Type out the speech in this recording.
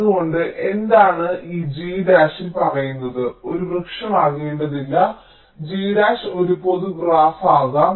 അതുകൊണ്ട് എന്താണ് ഈ G ഡാഷിൽ പറയുന്നത് ഒരു വൃക്ഷമാകേണ്ടതില്ല G ഡാഷ് ഒരു പൊതു ഗ്രാഫ് ആകാം